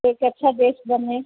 एक अच्छा देश बने